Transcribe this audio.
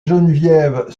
geneviève